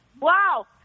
Wow